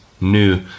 new